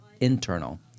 internal